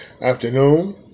afternoon